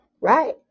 right